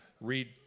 read